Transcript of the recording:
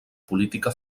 política